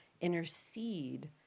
intercede